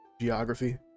Geography